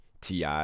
Ti